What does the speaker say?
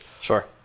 Sure